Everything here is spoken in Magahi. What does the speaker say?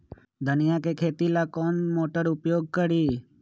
धनिया के खेती ला कौन मोटर उपयोग करी?